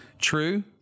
True